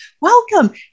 welcome